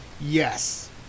Yes